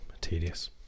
tedious